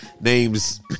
names